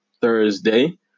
Thursday